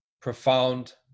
profound